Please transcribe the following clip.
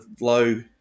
low